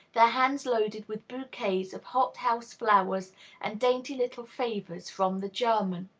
their hands loaded with bouquets of hot-house flowers and dainty little favors from the german.